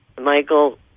Michael